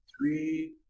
three